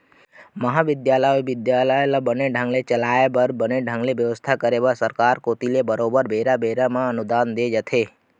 महाबिद्यालय अउ बिद्यालय ल बने ढंग ले चलाय बर बने ढंग ले बेवस्था करे बर सरकार कोती ले बरोबर बेरा बेरा म अनुदान दे जाथे